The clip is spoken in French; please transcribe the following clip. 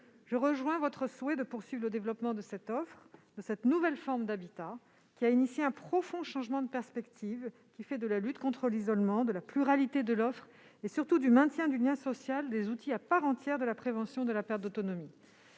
Je rejoins votre souhait de poursuive le développement de cette nouvelle forme d'habitat, qui a initié un profond changement de perspective. Désormais, la lutte contre l'isolement, la pluralité de l'offre et, surtout, le maintien du lien social sont des outils à part entière de la prévention de la perte d'autonomie.